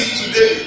today